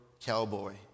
cowboy